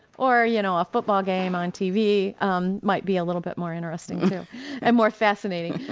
or you know a football game on tv um might be a little bit more interesting too and more fascinating.